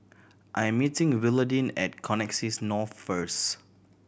I am meeting Willodean at Connexis North first